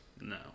No